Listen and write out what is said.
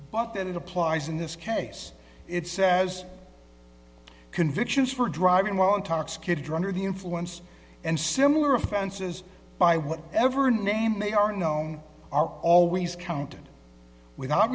but that it applies in this case it says convictions for driving while intoxicated or under the influence and similar offenses by whatever name they are known are always counted without